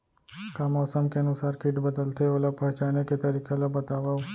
का मौसम के अनुसार किट बदलथे, ओला पहिचाने के तरीका ला बतावव?